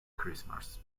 christmas